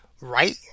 Right